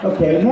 Okay